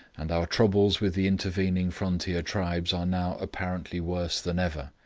and our troubles with the intervening frontier tribes are now apparently worse than ever.